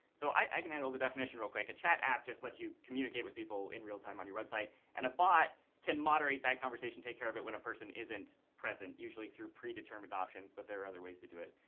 so i can handle the definition real quick. a chat app just lets you communicate with people in real time on your website and a bot can moderate that conversation, take care of it when a person isn't present, through predetermined options but there are other ways to do it.